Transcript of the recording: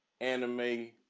anime